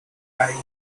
cave